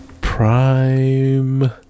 Prime